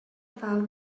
found